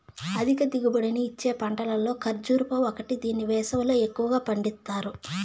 అధిక దిగుబడిని ఇచ్చే పంటలలో కర్భూజ ఒకటి దీన్ని వేసవిలో ఎక్కువగా పండిత్తారు